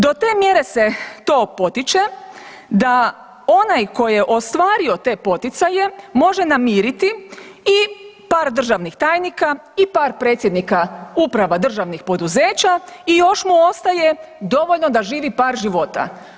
Do te mjere se to potiče da onaj tko je ostvario te poticaje može namiriti i par državnih tajnika i par predsjednika uprava državnih poduzeća i još mu ostaje dovoljno da živi par života.